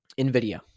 NVIDIA